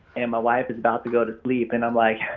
and my wife is about to go to sleep, and i'm like,